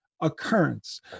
Occurrence